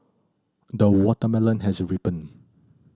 the watermelon has ripened